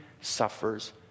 suffers